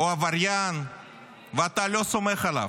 הוא עבריין ואתה לא סומך עליו.